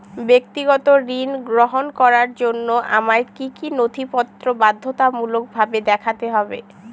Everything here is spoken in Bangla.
ব্যক্তিগত ঋণ গ্রহণ করার জন্য আমায় কি কী নথিপত্র বাধ্যতামূলকভাবে দেখাতে হবে?